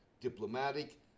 diplomatic